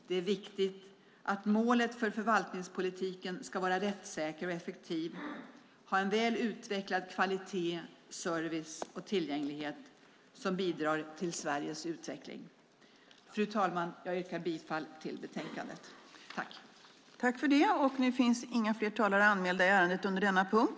Det är viktigt att målet för förvaltningspolitiken är att den ska vara rättssäker och effektiv och ha väl utvecklad kvalitet, service och tillgänglighet som bidrar till Sveriges utveckling. Fru talman! Jag yrkar bifall till utskottets förslag.